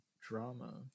drama